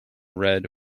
red